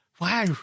Wow